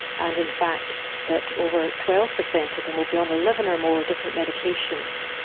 and in fact that over twelve percent of them would be on eleven or more different medications,